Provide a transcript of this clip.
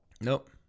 Nope